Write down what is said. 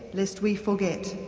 lest we forget!